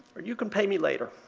or you can pay me later.